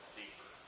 deeper